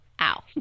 Ow